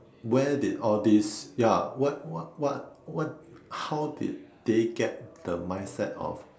where did all these ya what what what how did they get the mindset of